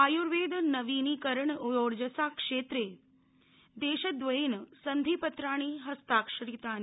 आयुर्वेद नवीनकरणीयोर्जसा क्षेत्रे देशद्रयेन सन्धिपत्राणि हस्ताक्षरितानि